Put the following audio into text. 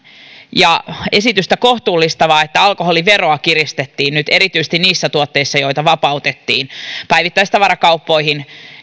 ja esitystä kohtuullistavaa että alkoholiveroa kiristettiin nyt tässä samassa yhteydessä erityisesti niissä tuotteissa joita vapautettiin päivittäistavarakauppoihin